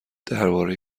درباره